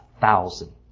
thousand